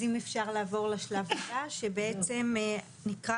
אז אם אפשר לעבור לשלב הבא שבעצם נקרא